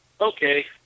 okay